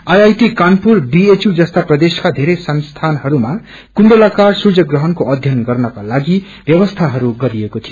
IIT Kanpur BHU जस्ता प्रदेशका बेरै संसीहरूमा कुण्डलाकार सूत्रग्रहणको अध्ययन गर्नको लागि व्यवस्थाहरू गरिएको थियो